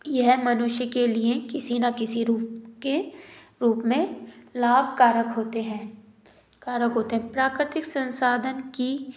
यह मनुष्य के लिए किसी ना किसी रूप के रूप में लाभकारक होते हैं कारक होते है प्राकृतिक संसाधन की